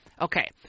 okay